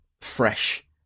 fresh